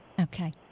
Okay